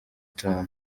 itanu